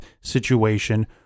situation